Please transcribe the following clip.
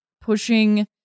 pushing